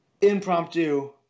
impromptu